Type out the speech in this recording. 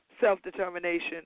self-determination